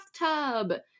bathtub